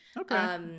Okay